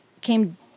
came